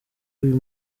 uyu